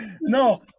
No